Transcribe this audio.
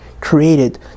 created